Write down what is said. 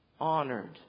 honored